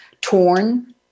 torn